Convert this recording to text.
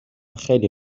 خیلی